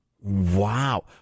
Wow